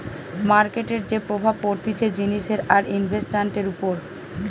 মার্কেটের যে প্রভাব পড়তিছে জিনিসের আর ইনভেস্টান্টের উপর